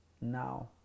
now